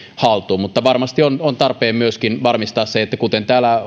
haltuun mutta varmasti on on tarpeen myöskin varmistaa se kuten täällä